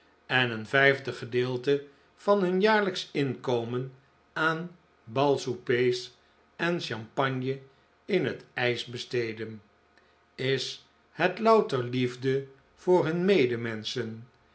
en een vijfde gedeelte van hun jaarlijksch inkomen aan bal soupers en champagne in het ijs besteden is het louter liefde voor hun